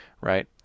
right